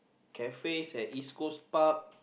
cafe and in school pub